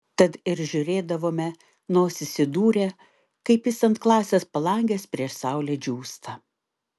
tad ir žiūrėdavome nosis įdūrę kaip jis ant klasės palangės prieš saulę džiūsta